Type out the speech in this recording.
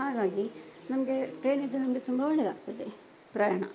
ಹಾಗಾಗಿ ನಮಗೆ ಟ್ರೈನಿದ್ದು ನಮಗೆ ತುಂಬ ಒಳ್ಳೆಯದಾಗ್ತದೆ ಪ್ರಯಾಣ